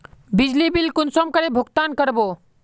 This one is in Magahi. बिजली बिल कुंसम करे भुगतान कर बो?